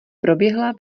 proběhla